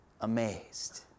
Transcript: amazed